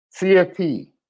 CFP